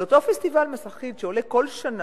אבל פסטיבל "מסרחיד", שעולה כל שנה,